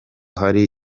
hari